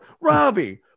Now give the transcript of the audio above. Robbie